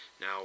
Now